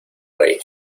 rey